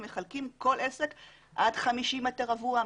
הם מחלקים כל עסק עד 50 מטרים רבוע,